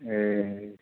ए